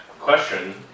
question